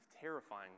terrifying